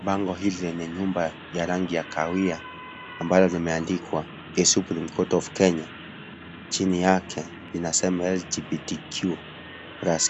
Bango hili lenye nyumba ya rangi ya kahawia ambalo limeandikwa (cs)The supreme court of(cs) Kenya, chini yake inasema (cs)LGBTQ+